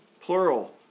plural